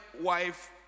wife